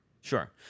Sure